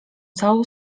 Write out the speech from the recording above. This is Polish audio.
całą